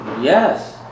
Yes